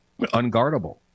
unguardable